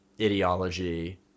ideology